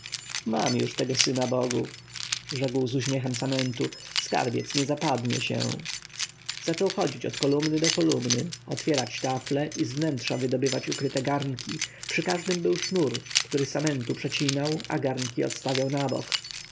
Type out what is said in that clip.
mam już tego syna bogów rzekł z uśmiechem samentu skarbiec nie zapadnie się zaczął chodzić od kolumny do kolumny otwierać tafle i z wnętrza wydobywać ukryte garnki przy każdym był sznur który samentu przecinał a garnki odstawiał na bok